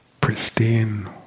pristine